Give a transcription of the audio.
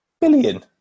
billion